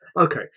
okay